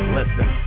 listen